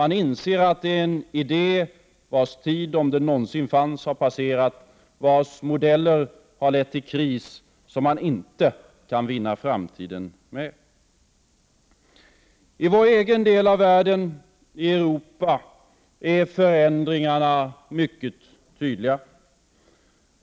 Man inser att det är en idé, vars tid, om den någonsin funnits, har passerat och vars modeller har lett till en kris som man inte kan vinna framtiden med. I vår egen del av världen, i Europa, är förändringarna mycket tydliga.